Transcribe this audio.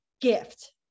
gift